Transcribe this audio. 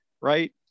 right